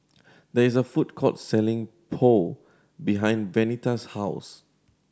there is a food court selling Pho behind Venita's house